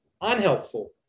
unhelpful